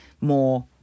more